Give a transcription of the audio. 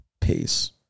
peace